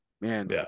Man